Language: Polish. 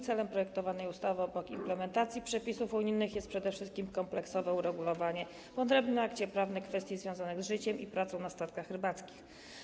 Celem projektowanej ustawy obok implementacji przepisów unijnych jest przede wszystkich kompleksowe uregulowanie w odrębnym akcie prawnym kwestii związanych z życiem i pracą na statkach rybackich.